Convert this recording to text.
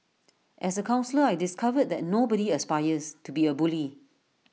as A counsellor I discovered that nobody aspires to be A bully